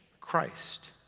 Christ